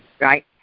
right